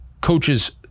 coaches